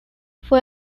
fue